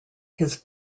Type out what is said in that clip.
his